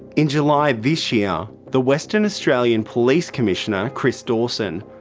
in july this year, the western australian police commissioner, chris dawson,